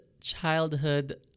childhood